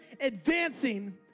advancing